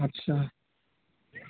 आच्चा